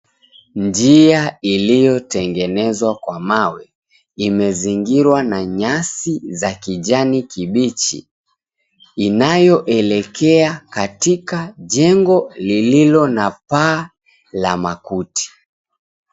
Njia iliotengenezwa kwa mawe imezingirwa na nyasi za kijani kibichi inayoelekea katika jengo lililo na paa la makuti.